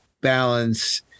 balance